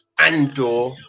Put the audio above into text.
Andor